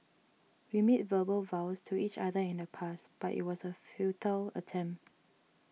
we made verbal vows to each other in the past but it was a futile attempt